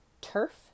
turf